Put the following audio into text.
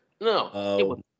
No